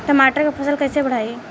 टमाटर के फ़सल कैसे बढ़ाई?